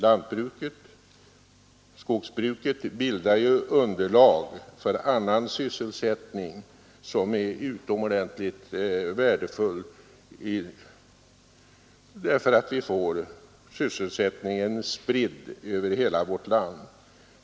Lantbruket och skogsbruket bildar ju också underlag för annan verksamhet, vilket är utomordentligt värdefullt, eftersom vi därigenom får sysselsättningen väl fördelad över hela vårt land.